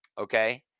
Okay